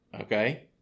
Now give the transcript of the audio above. Okay